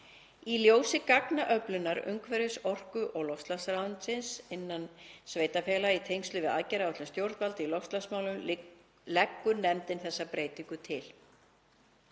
Í ljósi gagnaöflunar umhverfis-, orku- og loftslagsráðuneytisins innan sveitarfélaga í tengslum við aðgerðaáætlun stjórnvalda í loftslagsmálum leggur nefndin þessa breytingu til.